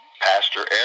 Pastor